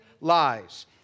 lies